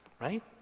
right